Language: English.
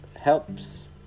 helps